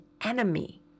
enemy